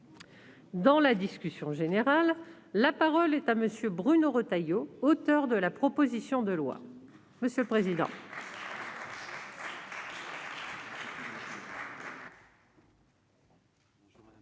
Dans la discussion générale, la parole est à M. Bruno Retailleau, auteur de la proposition de loi. Madame la présidente,